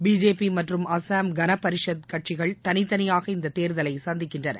BJP மற்றும் அசாம் கனபரிஷத் கட்சிகள் தனித்தனியாக இந்தத் தேர்தலை சந்திக்கின்றன